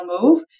move